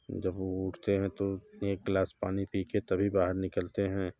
जब हम उठते हैं तो एक ग्लास पानी पी के तभी बाहर निकलते हैं